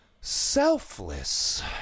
selfless